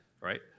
right